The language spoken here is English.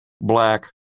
black